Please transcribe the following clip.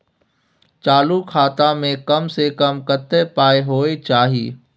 चालू खाता में कम से कम कत्ते पाई होय चाही?